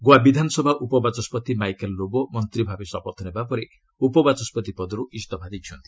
ଗୋଆ ବିଧାନସଭା ଉପବାଚସ୍କତି ମାଇକେଲ୍ ଲୋବୋ ମନ୍ତ୍ରୀ ଭାବେ ଶପଥ ନେବାପରେ ଉପବାଚସ୍କତି ପଦର୍ ଇସ୍ତଫା ଦେଇଛନ୍ତି